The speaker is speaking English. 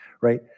right